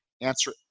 answer